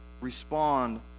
respond